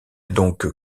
donc